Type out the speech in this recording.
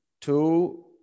two